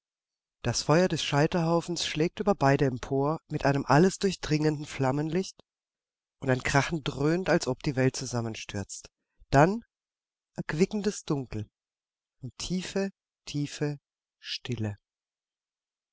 das feuer des scheiterhaufens schlägt über beide empor mit einem alles durchdringenden flammenlicht und ein krachen dröhnt als ob die welt zusammenstürzt dann erquickendes dunkel und tiefe tiefe stille